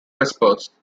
vespers